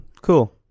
cool